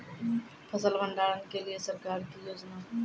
फसल भंडारण के लिए सरकार की योजना?